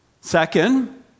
Second